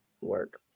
work